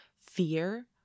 fear